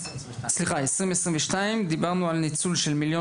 סליחה 2022 דיברנו על ניצול של מיליון